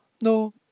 No